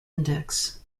index